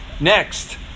Next